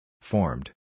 Formed